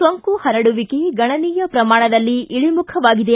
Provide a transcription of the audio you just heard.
ಸೋಂಕು ಹರಡುವಿಕೆ ಗಣನೀಯ ಪ್ರಮಾಣದಲ್ಲಿ ಇಳಮುಖವಾಗಿದೆ